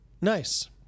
Nice